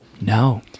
no